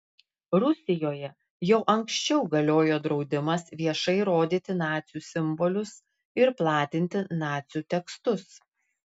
rusijoje jau anksčiau galiojo draudimas viešai rodyti nacių simbolius ir platinti nacių tekstus